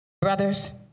Brothers